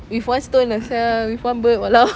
with one stone lah [sial] with one bird !walao!